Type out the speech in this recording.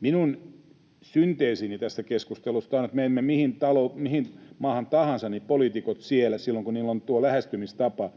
Minun synteesini tästä keskustelusta on, että menemme mihin maahan tahansa, niin poliitikot siellä silloin, kun heillä on tuo lähestymistapa,